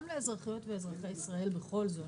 גם לאזרחיות ואזרחי ישראל בכל זאת,